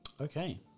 Okay